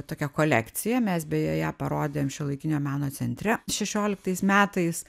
tokią kolekciją mes beje ją parodėm šiuolaikinio meno centre šešioliktas metais